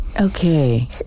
Okay